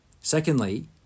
Secondly